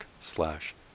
slash